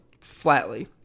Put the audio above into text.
flatly